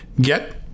get